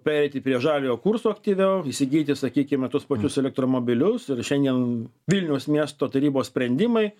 pereiti prie žaliojo kurso aktyviau įsigyti sakykime tuos pačius elektromobilius ir šiandien vilniaus miesto tarybos sprendimai